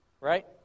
right